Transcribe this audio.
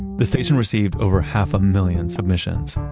the station received over half a million submissions.